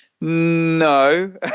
No